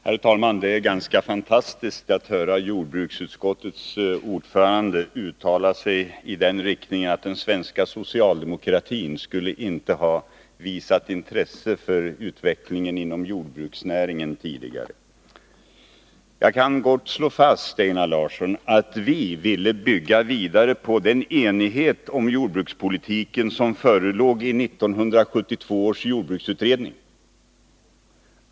Herr talman! Det är ganska fantastiskt att höra jordbruksutskottets ordförande uttala sig i den riktningen, att den svenska socialdemokratin tidigare inte skulle ha visat intresse för utvecklingen inom jordbruksnäringen. Jag kan slå fast, Einar Larsson, att vi ville bygga vidare på den enighet om jordbrukspolitiken som förelåg i 1972 års jordbruksutredning.